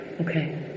Okay